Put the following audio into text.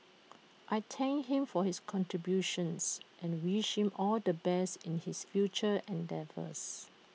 I thank him for his contributions and wish him all the best in his future endeavours